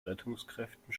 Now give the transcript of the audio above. rettungskräften